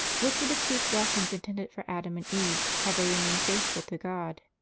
which were the chief blessings intended for adam and eve had they remained faithful to god?